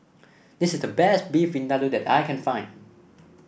this is the best Beef Vindaloo that I can find